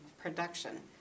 production